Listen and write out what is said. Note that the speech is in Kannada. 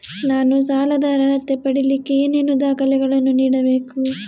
ನಾನು ಸಾಲದ ಅರ್ಹತೆ ಪಡಿಲಿಕ್ಕೆ ಏನೇನು ದಾಖಲೆಗಳನ್ನ ನೇಡಬೇಕು?